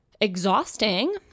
exhausting